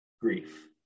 grief